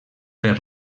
per